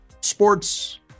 sports